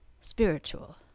spiritual